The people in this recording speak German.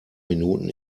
minuten